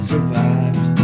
Survived